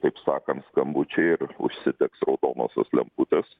taip sakant skambučiai ir užsidegs raudonosios lemputės